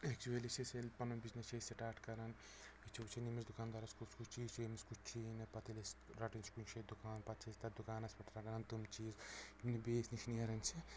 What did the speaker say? actually چھِ أسۍ ییٚلہِ أسۍ ٲسۍ پنُن بِزنٮ۪س چھِ أسۍ سٹاٹ کران أسۍ چھِ ؤچھان ییٚمِس دُکان دارس کُس کُس چیٖز چھُ ییٚمس کُس چھُی نہٕ پتہٕ ییٚلہِ أسۍ رٹان چھِ کُنہِ جایہِ دُکان پتہٕ چھِ أسۍ تتھ دُکانس پٮ۪ٹھ رٹان تِم چیٖز یِم نہٕ بیٚیِس نِش نیران چھِ